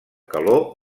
calor